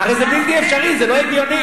הרי זה בלתי אפשרי, זה לא הגיוני.